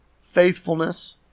faithfulness